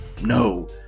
No